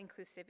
inclusivity